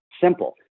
Simple